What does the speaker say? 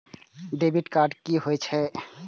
Debit card की होय छेय?